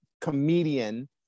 comedian